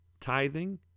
tithing